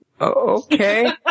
Okay